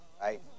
Right